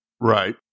Right